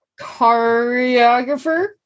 choreographer